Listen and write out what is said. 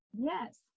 Yes